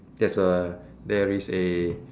there's a there is a